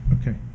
okay